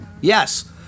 Yes